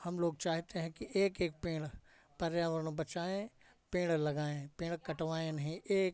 हम लोग चाहते हैं कि एक एक पेड़ पर्यावरण बचाएँ पेड़ लगाएँ पेड़ कटवाएँ नहीं एक